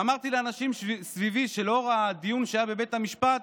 אמרתי לאנשים סביבי שלאור הדיון שהיה בבית המשפט,